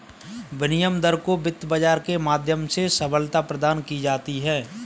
विनिमय दर को वित्त बाजार के माध्यम से सबलता प्रदान की जाती है